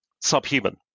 subhuman